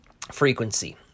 frequency